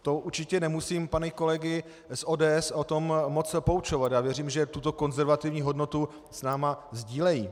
To určitě nemusím pány kolegy z ODS o tom moc poučovat, já věřím, že tuto konzervativní hodnotu s námi sdílejí.